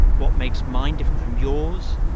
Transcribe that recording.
what makes mine different from yours,